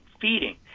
feeding